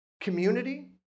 community